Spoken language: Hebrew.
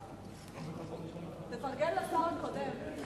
תפרגן לשר הקודם.